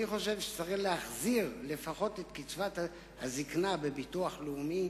אני חושב שצריך להחזיר לפחות את קצבת הזיקנה בביטוח לאומי,